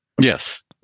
Yes